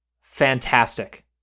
Fantastic